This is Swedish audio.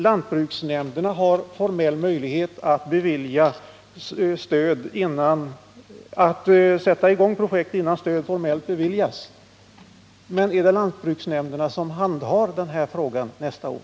Lantbruksnämnderna har möjlighet att medge att projekt påbörjas innan stöd formellt beviljas, säger jordbruksministern. Men är det lantbruksnämnderna som handhar den här frågan nästa år?